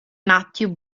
matthew